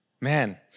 Man